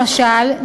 למשל,